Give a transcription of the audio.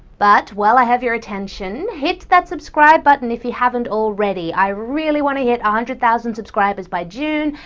but! while i have your attention hit that subscribe button if you haven't already i really want to hit one hundred thousand subscribers by june,